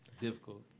Difficult